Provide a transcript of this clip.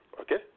Okay